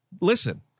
Listen